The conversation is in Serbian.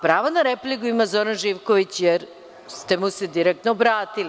Pravo na repliku ima Zoran Živković, jer ste mu se direktno obratili.